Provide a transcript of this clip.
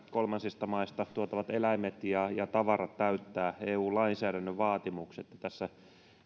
kolmansista maista tuotavat eläimet ja ja tavarat täyttävät eun lainsäädännön vaatimukset tässä